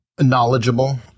knowledgeable